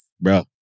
Bro